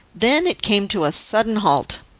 then it came to a sudden halt,